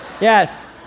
Yes